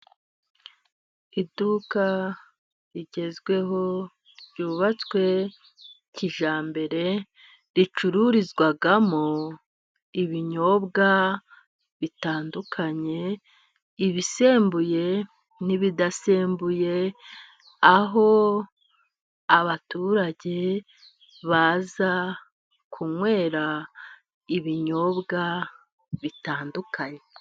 Iduka rigezweho ryubatswe kijyambere ricururizwamo ibinyobwa bitandukanye ibisembuye n'ibidasembuye, aho abaturage baza kunywera ibinyobwa bitandukanye.